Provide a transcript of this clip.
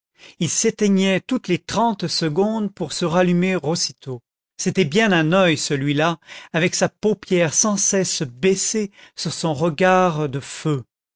il s'éteignait toutes les trente secondes pour se rallumer aussitôt c'était bien un oeil celui-là avec sa paupière sans cesse baissée sur son regard de feu